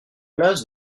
place